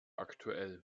aktuell